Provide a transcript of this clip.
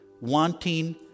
wanting